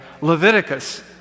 Leviticus